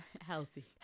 healthy